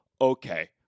okay